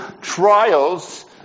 trials